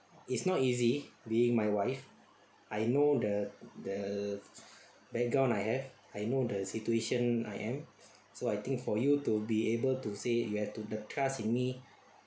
it's not easy being my wife I know the the background I have I know the situation I am so I think for you to be able to say you have put the trust in me